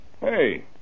Hey